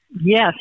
Yes